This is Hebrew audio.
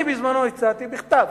אני בזמנו הצעתי, בכתב,